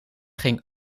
ging